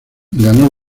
ganó